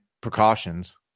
precautions